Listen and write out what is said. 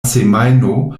semajno